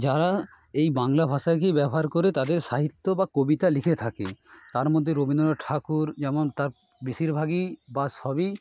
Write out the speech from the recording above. যারা এই বাংলা ভাষাকেই ব্যবহার করে তাদের সাহিত্য বা কবিতা লিখে থাকে তার মধ্যে রবীন্দ্রনাথ ঠাকুর যেমন তার বেশিরভাগই বা সবই